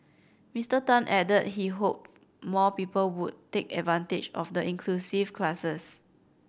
Mister Tan added that he hoped more people would take advantage of the inclusive classes